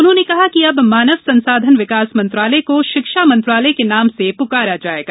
उन्होंने कहा कि अब मानव संसाधन विकास मंत्रालय को शिक्षा मंत्रालय के नाम से पुकारा जाएगा